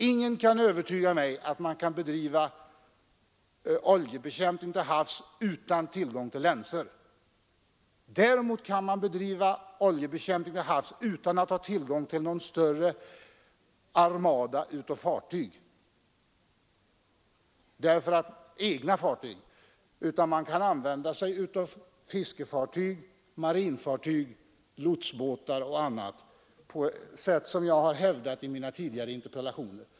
Ingen kan övertyga mig om att man kan bedriva oljebekämpning till havs utan tillgång till länsor. Däremot kan man bedriva oljebekämpning till havs utan att ha tillgång till någon större armada av egna fartyg. Man kan använda sig av inhyrda fiskefartyg, marinfartyg och lotsbåtar på sätt som jag hävdat tidigare i mina interpellationer.